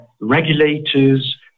regulators